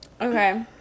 Okay